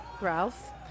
Ralph